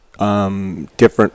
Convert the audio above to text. Different